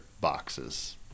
boxes